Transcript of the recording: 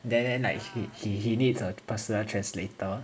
then then like he he he needs a personal translator